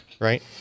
Right